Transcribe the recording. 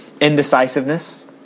Indecisiveness